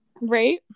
right